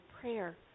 prayer